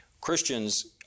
Christians